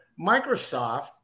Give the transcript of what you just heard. microsoft